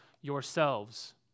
yourselves